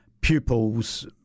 pupils